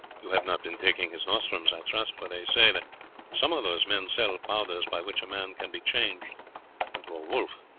you have not been taking his nostrums, i trust for they say that some of those men sell powders by which a man can be changed into a wolf.